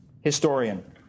historian